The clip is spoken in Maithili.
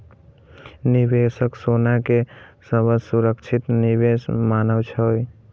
निवेशक सोना कें सबसं सुरक्षित निवेश मानै छै